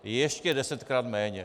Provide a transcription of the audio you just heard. Je ještě desetkrát méně.